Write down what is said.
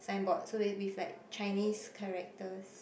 sign board so it with like Chinese characters